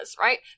right